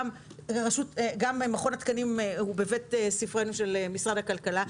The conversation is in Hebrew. גם מכון התקנים הוא תחת משרד הכלכלה.